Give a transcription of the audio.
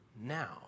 now